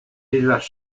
islas